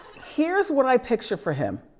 here's what i picture for him.